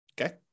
okay